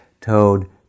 Toad